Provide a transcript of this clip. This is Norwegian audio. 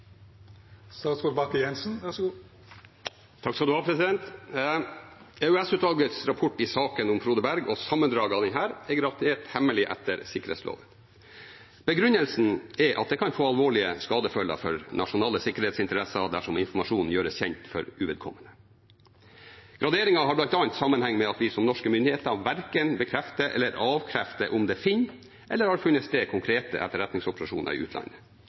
hemmelig etter sikkerhetsloven. Begrunnelsen er at det kan få alvorlige skadefølger for nasjonale sikkerhetsinteresser dersom informasjonen gjøres kjent for uvedkommende. Graderingen har bl.a. sammenheng med at vi som norske myndigheter verken bekrefter eller avkrefter om det finner sted eller har funnet sted konkrete etterretningsoperasjoner i utlandet.